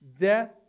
Death